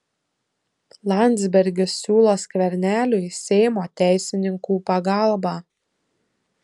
landsbergis siūlo skverneliui seimo teisininkų pagalbą